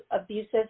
abusive